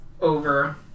over